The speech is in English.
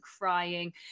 crying